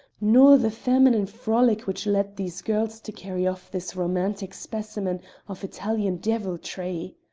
nor the feminine frolic which led these girls to carry off this romantic specimen of italian deviltry.